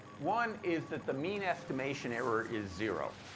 one is that the mean estimation error is zero.